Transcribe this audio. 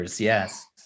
yes